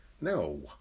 No